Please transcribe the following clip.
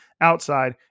outside